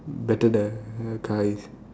better the car is